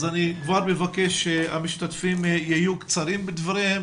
אז אני כבר מבקש שהמשתתפים יהיו קצרים בדבריהם,